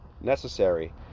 necessary